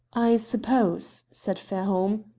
i suppose, said fairholme,